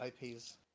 IPs